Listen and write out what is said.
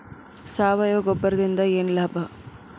ಸಾವಯವ ಗೊಬ್ಬರದಿಂದ ಏನ್ ಲಾಭ?